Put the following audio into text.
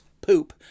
poop